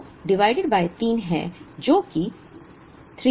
1100 divided by 3 है जो कि 36666 है